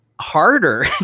harder